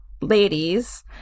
ladies